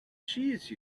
cheese